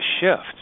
shift